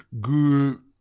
good